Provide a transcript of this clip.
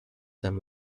them